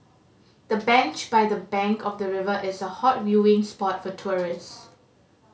the bench by the bank of the river is a hot viewing spot for tourists